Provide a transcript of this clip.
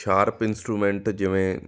sharp instrument ਜਿਵੇਂ